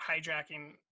hijacking